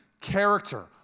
character